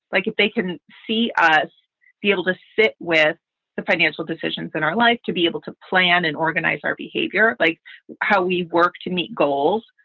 like if they can see us be able to sit with the financial decisions in our life, to be able to plan and organize our behavior, like how we work to meet goals.